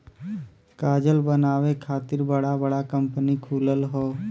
कागज बनावे खातिर बड़ा बड़ा कंपनी खुलल हौ